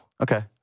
Okay